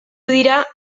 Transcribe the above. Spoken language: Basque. dira